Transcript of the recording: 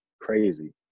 crazy